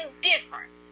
different